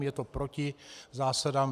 Je to proti zásadám.